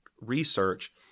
research